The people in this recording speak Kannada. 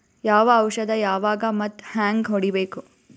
ಯಾವ ಔಷದ ಯಾವಾಗ ಮತ್ ಹ್ಯಾಂಗ್ ಹೊಡಿಬೇಕು?